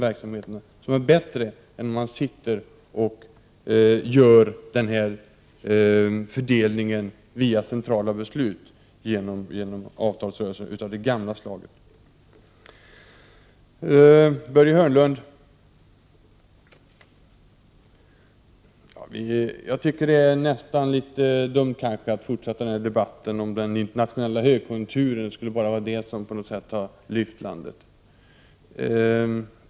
Verksamheten blir då bättre än om fördelningen görs via centrala beslut, dvs. genom avtalsrörelser av det gamla slaget. Börje Hörnlund! Jag tycker att det nästan är litet dumt att fortsätta debatten om att det skulle vara den internationella högkonjunkturen som på något sätt hade lyft landet.